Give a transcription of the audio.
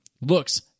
Looks